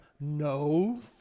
no